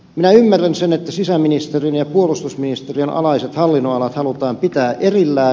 minä ymmärrän sen että sisäministeriön ja puolustusministeriön alaiset hallinnonalat halutaan pitää erillään